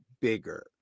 bigger